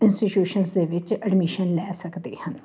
institutions ਦੇ ਵਿੱਚ admission ਲੈ ਸਕਦੇ ਹਨ